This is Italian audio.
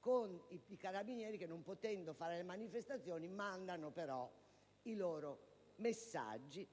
con i Carabinieri che non potendo fare le manifestazioni mandano però i loro messaggi